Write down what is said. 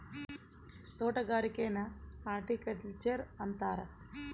ತೊಟಗಾರಿಕೆನ horticulture ಅಂತಾರ